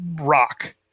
rock